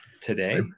today